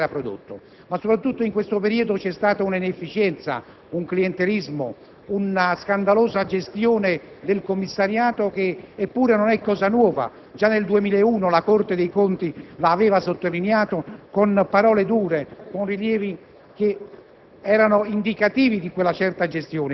necessaria per consumare tutto ciò che viene raccolto e viene prodotto. Ma, soprattutto, in questo periodo c'è stata un'inefficienza, un clientelismo, una scandalosa gestione del commissariato, che pure non è cosa nuova. Già nel 2001 la Corte dei conti l'aveva sottolineato con parole dure, con rilievi